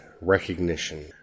recognition